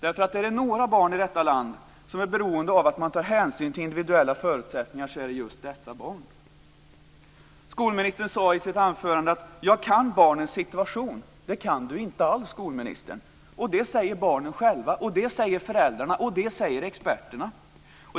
Är det några barn i detta land som är beroende av att man tar hänsyn till individuella förutsättningar är det just dessa barn. Skolministern sade i sitt anförande att hon kan barnens situation. Det kan hon inte alls. Det säger barnen själva, och det säger föräldrarna och det säger experterna.